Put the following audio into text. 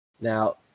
Now